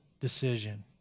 decision